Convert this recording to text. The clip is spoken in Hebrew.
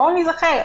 בואו נזכר.